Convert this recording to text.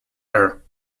air